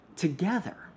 together